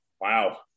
Wow